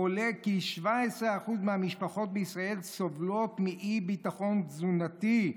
"עולה כי 17% מהמשפחות בישראל סובלות מאי-ביטחון תזונתי,